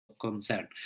concern